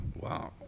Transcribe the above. Wow